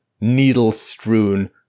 needle-strewn